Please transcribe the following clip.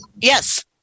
Yes